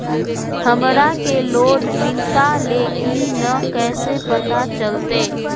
हमरा के लोन मिलता ले की न कैसे पता चलते?